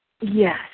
yes